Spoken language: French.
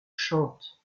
chante